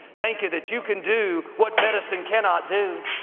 thank you that you can do what medicine cannot do.